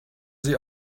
sie